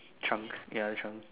chunk ya the chunk